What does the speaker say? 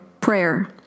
prayer